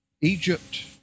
Egypt